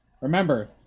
Remember